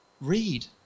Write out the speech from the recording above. Read